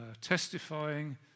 testifying